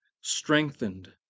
strengthened